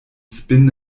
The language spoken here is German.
spin